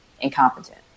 incompetent